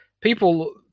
people